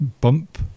bump